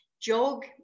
jog